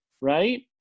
Right